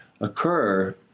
occur